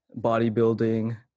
bodybuilding